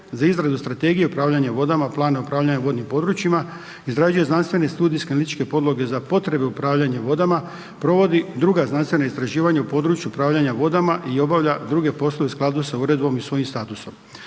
za izradu strategije upravljanja vodama, plana upravljanja vodnim područjima, izrađuje znanstvene studijske analitičke podloge za potrebe upravljanja vodama, provodi druga znanstvena istraživanja u području upravljanja vodama i obavlja druge poslove u skladu sa uredbom i svojim statusom.